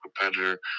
competitor